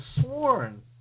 sworn